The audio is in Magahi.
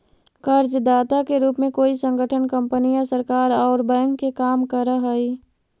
कर्जदाता के रूप में कोई संगठन कंपनी या सरकार औउर बैंक के काम करऽ हई